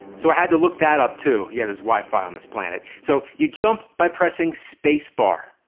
so i had to look that up, too. yeah, there's wi-fi on this planet. so, you jump by pressing spacebar.